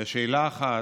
לשאלה 1: